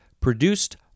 produced